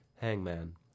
Hangman